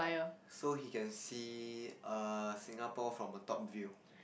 so he can see err Singapore from a top view